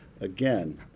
again